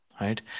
right